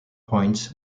points